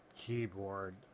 keyboard